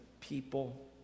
people